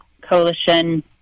Coalition